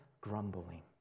grumbling